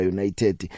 United